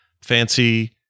fancy